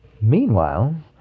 Meanwhile